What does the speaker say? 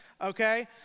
Okay